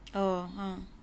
oh ah